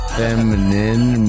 feminine